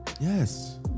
Yes